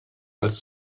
als